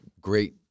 great